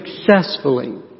successfully